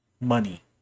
money